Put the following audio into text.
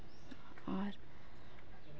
ᱟᱨ